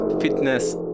fitness